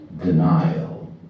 Denial